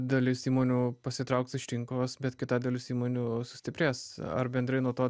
dalis įmonių pasitrauks iš rinkos bet kita dalis įmonių sustiprės ar bendrai nuo to